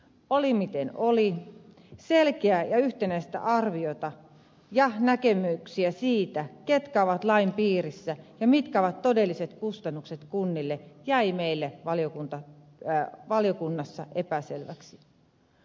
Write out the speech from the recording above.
oli miten oli selkeää ja yhtenäistä arviota ja näkemyksiä siitä ketkä ovat lain piirissä ja mitkä ovat todelliset kustannukset kunnille jäi meille valiokunnassa epäselväksi